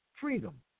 freedom